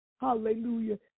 Hallelujah